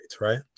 right